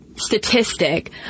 statistic